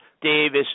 Davis